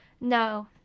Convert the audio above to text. No